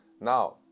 now